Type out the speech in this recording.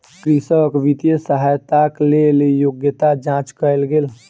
कृषक वित्तीय सहायताक लेल योग्यता जांच कयल गेल